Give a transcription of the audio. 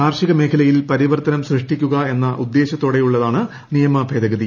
കാർഷിക മേഖലയിൽ പരിവർത്തനം സൃഷ്ടിക്കുക എന്ന ഉദ്ദേശൃത്തോടെയുള്ളതാണ് നിയമഭേദഗതി